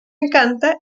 encanta